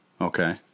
Okay